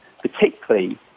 particularly